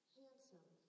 handsome